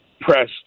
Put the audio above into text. press